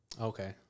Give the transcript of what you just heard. Okay